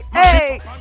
hey